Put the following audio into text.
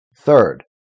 Third